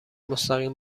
مستقیم